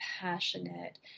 passionate